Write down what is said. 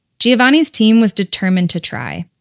giovanni's team was determined to try.